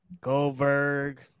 Goldberg